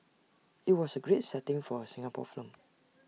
IT was A great setting for A Singapore film